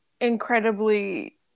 incredibly